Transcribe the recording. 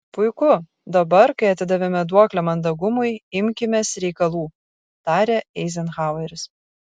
puiku dabar kai atidavėme duoklę mandagumui imkimės reikalų tarė eizenhaueris